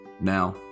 Now